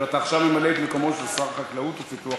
אתה עכשיו ממלא את מקומו של שר החקלאות ופיתוח